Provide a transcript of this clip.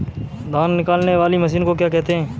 धान निकालने वाली मशीन को क्या कहते हैं?